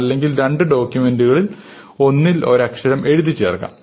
അല്ലെങ്കിൽ രണ്ട് ഡോക്യൂമെന്റുകളിൽ ഒന്നിൽ ഒരു അക്ഷരം എഴുതിച്ചേർക്കാം